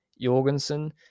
Jorgensen